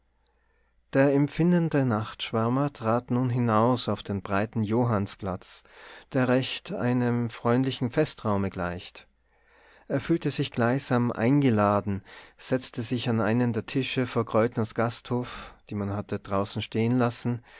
der empfindende nachtschwärmer trat nun hinaus auf den breiten johannsplatz der recht einem freundlichen festraume gleicht er fühlte sich gleichsam eingeladen setzte sich an einen der tische vor kräutners gasthof die man draußen hatte stehen lassen